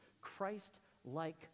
Christ-like